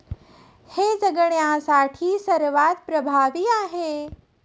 हे जगण्यासाठी सर्वात प्रभावी आहे